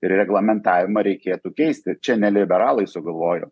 ir reglamentavimą reikėtų keisti čia ne liberalai sugalvojo